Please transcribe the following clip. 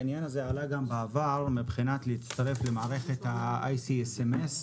העניין הזה עלה גם בעבר מבחינת הצטרפות למערכת ה-ICSMS.